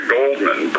Goldman